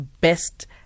best